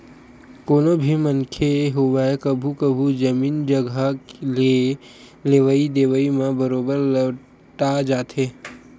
कोनो भी मनखे होवय कभू कभू जमीन जघा के लेवई देवई म बरोबर लपटा जाथे